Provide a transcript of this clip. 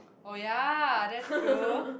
oh ya that's true